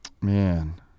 man